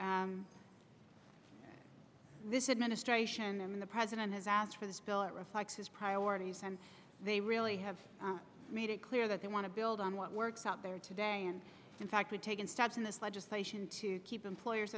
assume this administration and the president has asked for this bill it reflects his priorities and they really have made it clear that they want to build on what works out there today and in fact are taken steps in this legislation to keep employers